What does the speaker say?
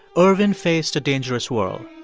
ervin faced a dangerous world.